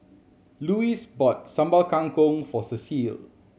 Louis bought Sambal Kangkong for Cecile